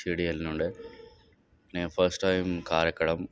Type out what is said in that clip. షిరిడి వెళ్ళుండే నేను first time car ఎక్కడం